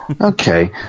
Okay